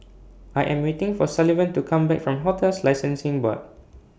I Am waiting For Sullivan to Come Back from hotels Licensing Board